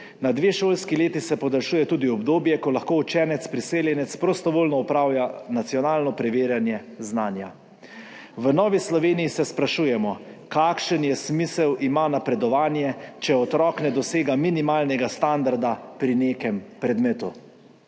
Na dve šolski leti se podaljšuje tudi obdobje, ko lahko učenec priseljenec prostovoljno opravlja nacionalno preverjanje znanja. V Novi Sloveniji se sprašujemo, kakšen smisel ima napredovanje, če otrok ne dosega minimalnega standarda pri nekem predmetu?